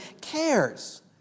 cares